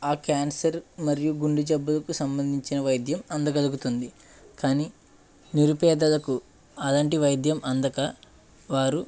ఆ క్యాన్సర్ మరియు గుండె జబ్బులకు సంబంధించిన వైద్యం అందగలుగుతుంది కాని నిరుపేదలకు అలాంటి వైద్యం అందక వారు